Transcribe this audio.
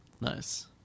nice